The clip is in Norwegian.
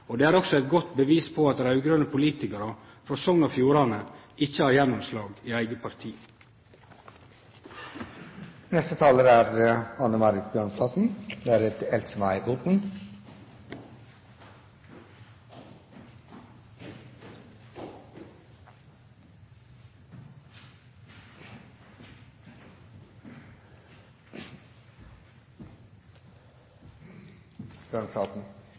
og det er også eit godt bevis på at raud-grøne politikarar frå Sogn og Fjordane ikkje har gjennomslag i eige